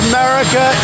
America